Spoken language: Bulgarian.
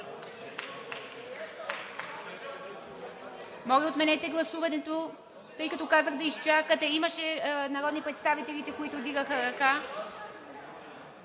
Моля, отменете гласуването, тъй като казах да изчакате. Имаше народни представители, които вдигаха ръка.